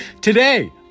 today